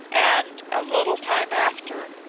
and, a little time after,